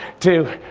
two,